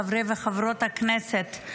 חברי וחברות הכנסת,